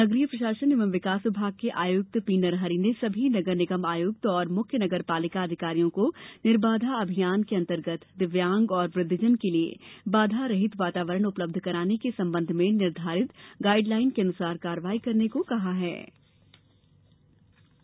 नगरीय प्रशासन एवं विकास विभाग के आयुक्त पी नरहरि ने सभी नगर निगम आयुक्त और मुख्य नगर पालिका अधिकारियों को निर्बाधा अभियान के अंतर्गत दिव्यांग और वृद्वजन के लिये बाधा रहित वातावरण उपलब्ध कराने के संबंध में निर्धारित गाइडलाइन के अनुसार कार्यवाही करने को कहा हें